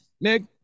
Nick